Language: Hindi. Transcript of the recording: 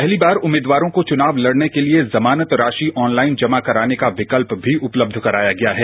पहली बार उम्मीदवारों को चुनाव लडने के लिए जमानत राशि ऑनलाइन जमा कराने का विकल्प भी उपलब्ध कराया गया है